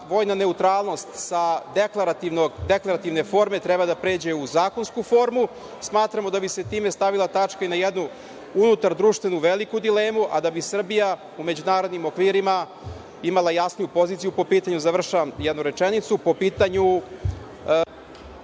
vojna neutralnost sa deklarativne forme treba da pređe u zakonsku formu. Mislimo da bi se time stavila tačka i na jednu unutar društvenu veliku dilemu, a da bi Srbija u međunarodnim okvirima imala jasniju poziciju po pitanju…